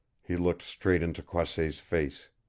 he looked straight into croisset's face.